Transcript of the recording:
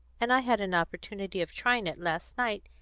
and i had an opportunity of trying it last night,